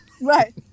Right